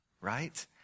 right